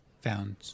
found